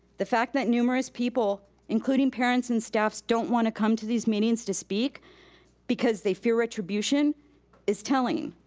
the fact that numerous people, including parents and staffs don't wanna come to these meetings to speak because they fear retribution is telling.